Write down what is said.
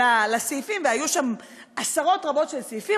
המשותפות לסעיפים, והיו שם עשרות רבות של סעיפים.